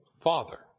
Father